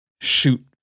shoot